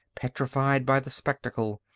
petrified by the spectacle,